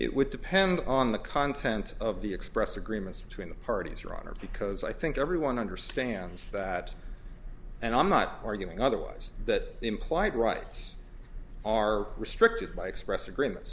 it would depend on the content of the express agreements between the parties your honor because i think everyone understands that and i'm not arguing otherwise that implied rights are restricted by express agreements